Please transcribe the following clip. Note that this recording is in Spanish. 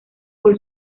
por